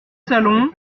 salon